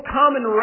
common